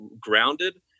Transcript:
grounded